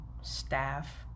staff